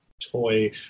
toy